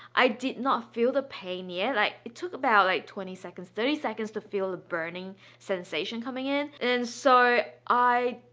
i did not feel the pain yet like it took about like twenty seconds thirty seconds to feel the burning sensation coming in and so i,